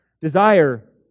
desire